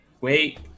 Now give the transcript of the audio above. wait